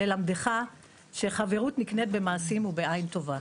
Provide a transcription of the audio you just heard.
ללמדך שחברות נקנית במעשים ובעין טובה.